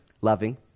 Loving